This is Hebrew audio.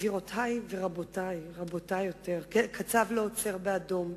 גבירותי ורבותי, קצב לא עוצר באדום.